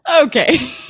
Okay